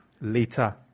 later